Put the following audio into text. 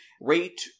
Rate